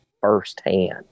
firsthand